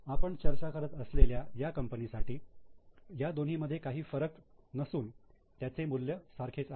आपण चर्चा करत असलेल्या या कंपनीसाठी या दोन्ही मध्ये काही फरक नसून त्यांचे मूल्य सारखेच आहे